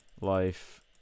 life